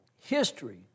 History